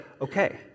okay